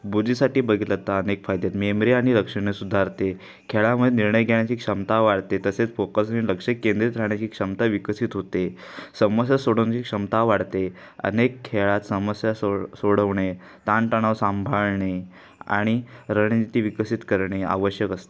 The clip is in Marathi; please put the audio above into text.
बुद्धिसाठी बघितलात तर अनेक फायदे आहेत मेमरी आणि लक्षणे सुधारते खेळामध्ये निर्णय घेण्याची क्षमता वाढते तसेच फोकसने लक्ष केंद्रित राहण्याची क्षमता विकसित होते समस्या सोडवण्याची क्षमता वाढते अनेक खेळात समस्या सोड सोडवणे ताणताणाव सांभाळणे आणि रणनिती विकसित करणे आवश्यक असते